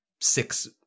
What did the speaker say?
six